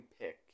pick